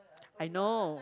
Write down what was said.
I know